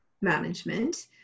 management